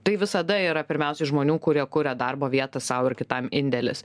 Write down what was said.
tai visada yra pirmiausiai žmonių kurie kuria darbo vietą sau ir kitam indėlis